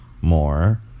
more